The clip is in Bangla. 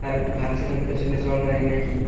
আর একটু ভাবছিলাম পেছনে চড় মারে নাকি